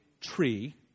tree